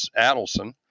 Adelson